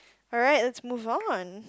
alright let's move on